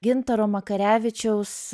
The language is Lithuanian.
gintaro makarevičiaus